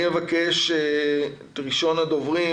אני אבקש את ראשון הדוברים,